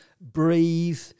breathe